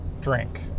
drink